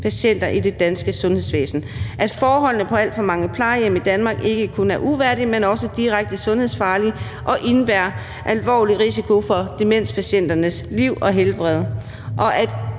patienter i det danske sundhedsvæsen. Forholdene på alt for mange plejehjem i Danmark er ikke kun uværdige, men også direkte sundhedsfarlige og indebærer alvorlig risiko for demenspatienternes liv og helbred.